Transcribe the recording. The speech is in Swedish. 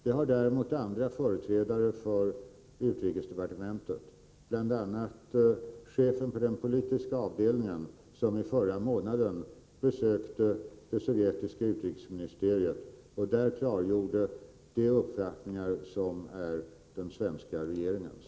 Det har däremot andra företrädare för utrikesdepartementet — bl.a. chefen för den politiska avdelningen, som i förra månaden besökte det sovjetiska utrikesministeriet och där klargjorde de uppfattningar som är den svenska regeringens.